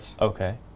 Okay